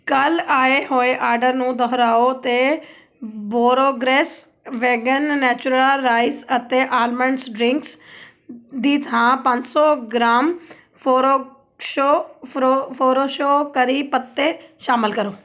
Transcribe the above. ਕੱਲ੍ਹ ਆਏ ਹੋਏ ਆਡਰ ਨੂੰ ਦੁਹਰਾਓ ਅਤੇ ਬੋਰੋਗਰਿਸ ਵੇਗਨ ਨੈਚੁਰਾ ਰਾਈਸ ਅਤੇ ਆਲਮੰਡਸ ਡਰਿੰਕਸ ਦੀ ਥਾਂ ਪੰਜ ਸੌ ਗ੍ਰਾਮ ਫੋਰੋਸ਼ੋ ਫਰੋ ਫੋਰੋਸ਼ੋ ਕਰੀ ਪੱਤੇ ਸ਼ਾਮਲ ਕਰੋ